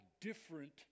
different